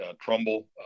Trumbull